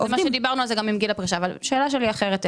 גם אם אני לא מסכים.